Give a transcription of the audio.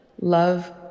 love